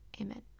Amen